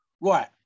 Right